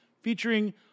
featuring